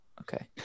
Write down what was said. okay